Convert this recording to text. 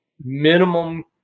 minimum